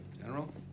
General